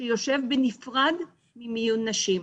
שיושב בנפרד ממיון נשים,